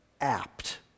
apt